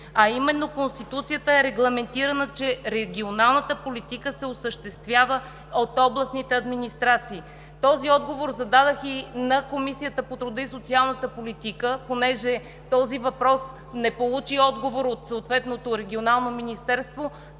а именно Конституцията е регламентирала, че регионалната политика се осъществява от областните администрации. Такъв отговор дадох и в Комисията по труда, социалната и демографската политика, понеже този въпрос не получи отговор от съответното Регионално министерство.